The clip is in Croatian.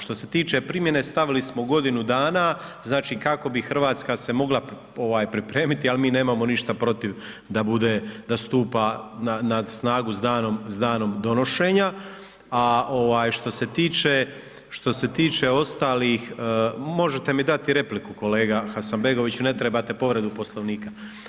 Što se tiče primjene stavili smo godinu dana, znači kako bi Hrvatska se mogla ovaj pripremiti, ali mi nemamo ništa protiv da bude, da stupa na snagu s danom donošenja, a ovaj što se tiče, što se tiče, možete mi dati repliku kolega Hasanbegoviću ne trebate povredu Poslovnika.